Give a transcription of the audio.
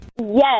Yes